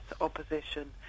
opposition